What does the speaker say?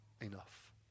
enough